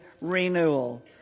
renewal